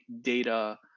data